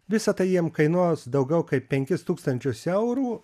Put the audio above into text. visa tai jiems kainuos daugiau kaip penkis tūkstančius eurų